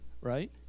right